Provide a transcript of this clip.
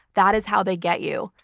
that is how they get you.